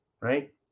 right